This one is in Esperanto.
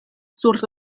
sur